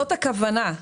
זאת הכוונה.